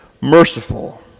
merciful